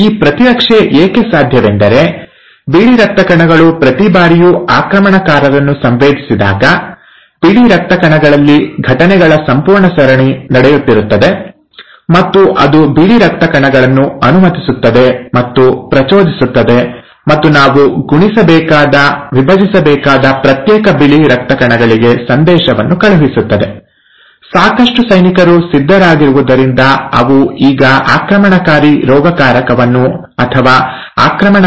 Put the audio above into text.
ಈ ಪ್ರತಿರಕ್ಷೆ ಏಕೆ ಸಾಧ್ಯವೆಂದರೆ ಬಿಳಿ ರಕ್ತ ಕಣಗಳು ಪ್ರತಿ ಬಾರಿಯೂ ಆಕ್ರಮಣಕಾರರನ್ನು ಸಂವೇದಿಸಿದಾಗ ಬಿಳಿ ರಕ್ತ ಕಣಗಳಲ್ಲಿ ಘಟನೆಗಳ ಸಂಪೂರ್ಣ ಸರಣಿ ನಡೆಯುತ್ತಿರುತ್ತದೆ ಮತ್ತು ಅದು ಬಿಳಿ ರಕ್ತ ಕಣಗಳನ್ನು ಅನುಮತಿಸುತ್ತದೆ ಮತ್ತು ಪ್ರಚೋದಿಸುತ್ತದೆ ಮತ್ತು ನಾವು ಗುಣಿಸಬೇಕಾದ ವಿಭಜಿಸಬೇಕಾದ ಪ್ರತ್ಯೇಕ ಬಿಳಿ ರಕ್ತ ಕಣಗಳಿಗೆ ಸಂದೇಶವನ್ನು ಕಳುಹಿಸುತ್ತದೆ ಸಾಕಷ್ಟು ಸೈನಿಕರು ಸಿದ್ಧರಾಗಿರುವುದರಿಂದ ಅವು ಈಗ ಆಕ್ರಮಣಕಾರಿ ರೋಗಕಾರಕವನ್ನು ಅಥವಾ ಆಕ್ರಮಣಕಾರಿ ಬ್ಯಾಕ್ಟೀರಿಯಾ ವನ್ನು ಕೊಲ್ಲುತ್ತವೆ